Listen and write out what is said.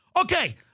Okay